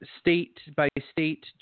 state-by-state